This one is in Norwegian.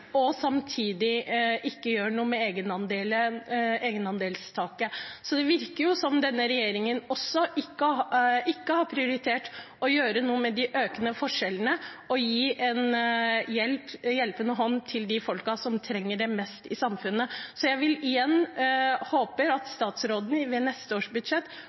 og samtidig ikke gjør noe med egenandelstaket. Det virker som denne regjeringen heller ikke har prioritert å gjøre noe med de økende forskjellene og gi en hjelpende hånd til de folkene som trenger det mest i samfunnet. Igjen: Jeg håper at statsråden i neste års budsjett